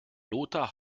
lothar